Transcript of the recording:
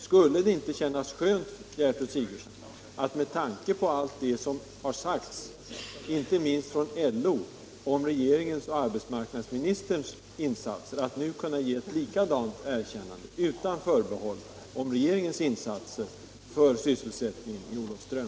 Skulle det då inte kännas skönt, fru Sigurdsen — med tanke på allt vad som har sagts, inte minst från LO, om regeringens och arbetsmarknadsministerns insatser — att nu kunna ge ett likadant erkännande utan något förbehåll om regeringens insatser för sysselsättningen i Olofström?